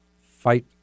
fight